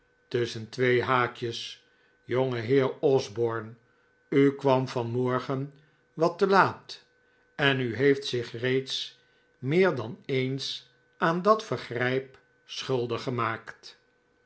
tusschen twee haakjes jongeheer osborne ukwam van morgen wat te laat en u heeft zich reeds meer dan eens aan dat vergrijp schuldig gemaakt